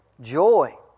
joy